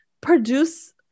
produce